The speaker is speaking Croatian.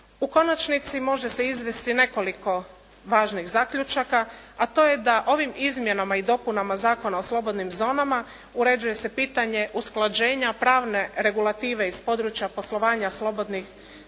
U konačnici, može se izvesti nekoliko važnih zaključaka, a to je da ovim izmjenama dopunama Zakona o slobodnim zonama uređuje se pitanje usklađenja pravne regulative iz područja poslovanja slobodnih zona